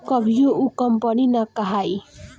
कभियो उ कंपनी ना कहाई